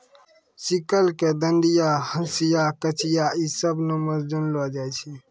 sickle के दंतिया, हंसिया, कचिया इ सभ नामो से जानलो जाय छै